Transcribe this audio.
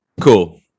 Cool